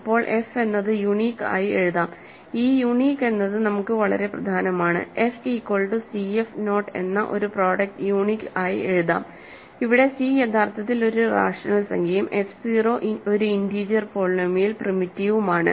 അപ്പോൾ f എന്നത് unique ആയി എഴുതാം ഈ യൂണീക് എന്നത് നമുക്ക് വളരെ പ്രധാനമാണ് f equal to cf naught എന്ന ഒരു പ്രോഡക്ട് യൂണീക് ആയി എഴുതാം ഇവിടെ c യഥാർത്ഥത്തിൽ ഒരു റാഷണൽ സംഖ്യയും f 0 ഒരു ഇന്റീജർ പോളിനോമിയൽ പ്രിമിറ്റീവുമാണ്